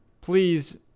please